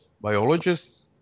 biologists